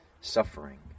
suffering